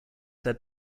said